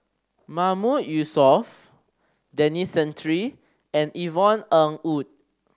Mahmood Yusof Denis Santry and Yvonne Ng Uhde